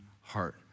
heart